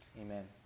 Amen